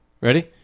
Ready